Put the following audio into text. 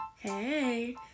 Hey